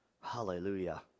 Hallelujah